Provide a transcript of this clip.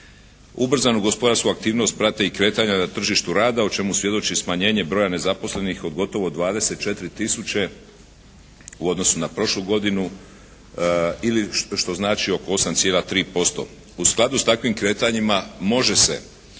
Ubrzanu gospodarsku aktivnost prate i kretanja na tržištu rada o čemu svjedoči i smanjenje broja nezaposlenih od gotovo 24 tisuće u odnosu na prošlu godinu ili što znači oko 8,3%. U skladu s takvim kretanjima može se